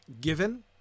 Given